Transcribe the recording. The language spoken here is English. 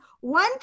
one